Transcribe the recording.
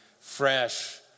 fresh